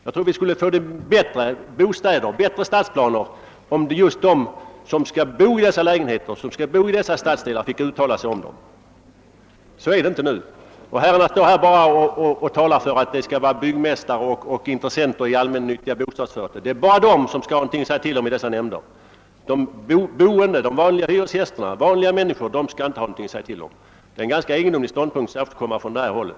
Jag tror att vi skulle få bättre bostäder och bättre stadsplaner om just de som skall bo i dessa lägenheter och i dessa stadsdelar fick uttala sig. Så är det inte nu. Herrarna står här och talar för att det skall bara vara byggmästare och intressenter i allmännyttiga bostadsföretag som skall ha någonting att säga till om i dessa nämnder. De vanliga människorna — de boende — skall inte ha någonting att säga till om. Det är en ganska egendomlig ståndpunkt, särskilt när den kommer från det hållet.